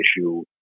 issue